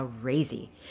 crazy